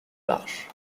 marches